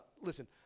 listen